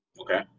okay